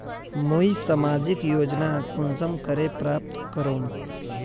मुई सामाजिक योजना कुंसम करे प्राप्त करूम?